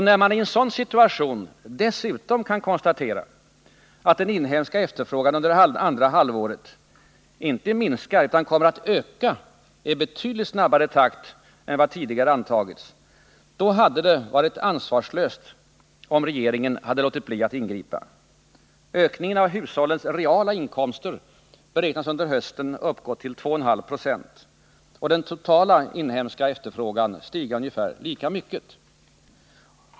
När man i en sådan situation dessutom kan konstatera att den inhemska efterfrågan under andra halvåret inte minskar utan kommer att öka i betydligt snabbare takt än vad tidigare antagits, då hade det varit ansvarslöst om regeringen hade låtit bli att ingripa. Ökningen av hushållens reala inkomster beräknas under hösten uppgå till 2,5 26 och den totala inhemska efterfrågan att stiga ungefär lika mycket.